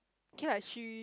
K lah she